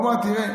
הוא אמר: תראה,